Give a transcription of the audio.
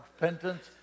repentance